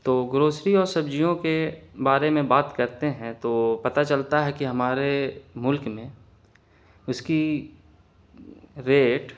تو گروسری اور سبزیوں کے بارے میں بات کرتے ہیں تو پتا چلتا ہے کہ ہمارے ملک میں اس کی ریٹ